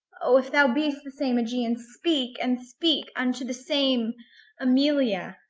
o, if thou be'st the same aegeon, speak, and speak unto the same aemilia!